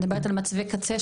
את מדברת על מצבי קצה.